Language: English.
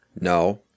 No